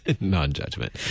non-judgment